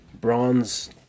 bronze